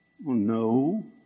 No